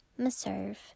Maserve